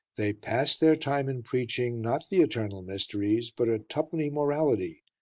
they pass their time in preaching, not the eternal mysteries, but a twopenny morality,